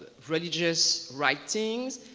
religious writings.